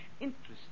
interesting